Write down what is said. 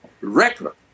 record